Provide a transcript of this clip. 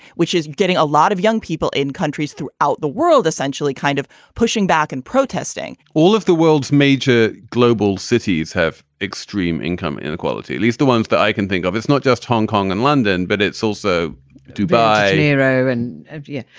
which is getting a lot of young people in countries throughout the world essentially kind of pushing back and protesting all of the world's major global cities have extreme income inequality, at least the ones that i can think of. it's not just hong kong and london, but it's also dubai hero and yeah,